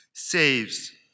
saves